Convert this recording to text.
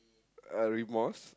uh remorse